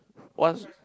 what's